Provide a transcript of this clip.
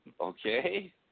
okay